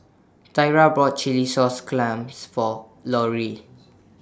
Tyra bought Chilli Sauce Clams For Lorrie